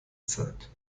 zeit